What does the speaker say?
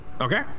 Okay